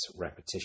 repetition